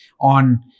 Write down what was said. on